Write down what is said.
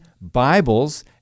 Bibles